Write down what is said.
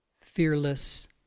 fearless